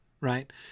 Right